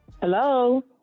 Hello